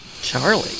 Charlie